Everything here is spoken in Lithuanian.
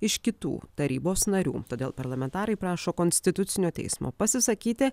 iš kitų tarybos narių todėl parlamentarai prašo konstitucinio teismo pasisakyti